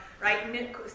right